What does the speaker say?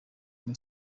muri